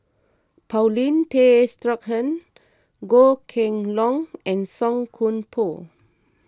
Paulin Tay Straughan Goh Kheng Long and Song Koon Poh